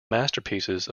masterpieces